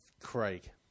craig